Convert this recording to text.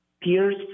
peers